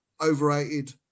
overrated